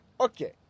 okay